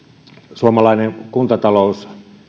suomalainen kuntatalous